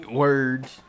words